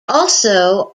also